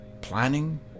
planning